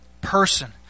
person